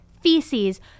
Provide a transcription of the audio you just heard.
feces